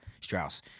Strauss